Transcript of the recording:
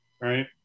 Right